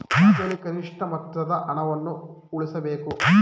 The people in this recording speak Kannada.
ಖಾತೆಯಲ್ಲಿ ಕನಿಷ್ಠ ಮೊತ್ತದ ಹಣವನ್ನು ಉಳಿಸಬೇಕೇ?